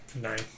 Nine